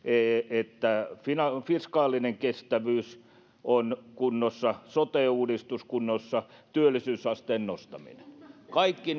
että fiskaalinen kestävyys on kunnossa sote uudistus kunnossa työllisyysasteen nostaminen kaikki